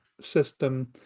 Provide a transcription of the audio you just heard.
system